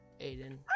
Aiden